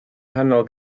nghanol